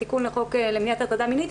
התיקון לחוק למניעת הטרדה מינית,